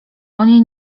oni